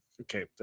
okay